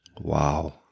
wow